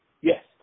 Yes